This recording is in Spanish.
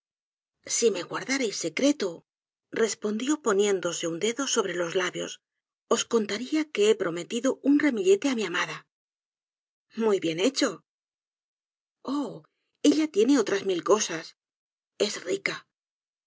si me guardarais secreto respondió poniéndose un dedo sobre los labios os contaría que he prometido un ramillete á mi amada muy bien hecho oh ella tiene otras mil cosas es rica